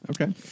Okay